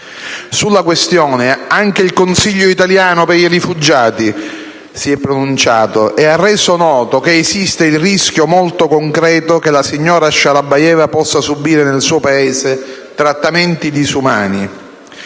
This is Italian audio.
è pronunciato anche il Consiglio italiano per i rifugiati, che ha reso noto che esiste il rischio molto concreto che la signora Shalabayeva possa subire nel suo Paese trattamenti disumani.